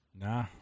nah